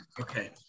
Okay